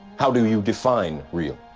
how do you define real?